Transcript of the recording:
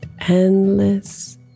endless